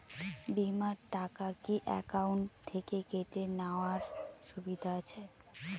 বিমার টাকা কি অ্যাকাউন্ট থেকে কেটে নেওয়ার সুবিধা আছে?